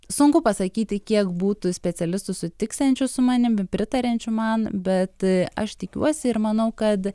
sunku pasakyti kiek būtų specialistų sutiksiančių su manim pritariančių man bet aš tikiuosi ir manau kad